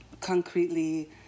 concretely